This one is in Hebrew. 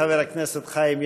חבר הכנסת חיים ילין,